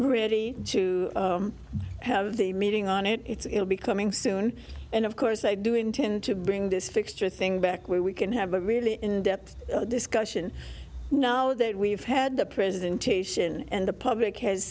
ready to have the meeting on it it will be coming soon and of course i do intend to bring this fixture thing back where we can have a really in depth discussion now that we've had the presentation and the public has